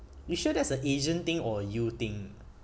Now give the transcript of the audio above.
you sure that's a asian thing or you thing